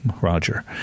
Roger